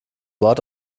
wort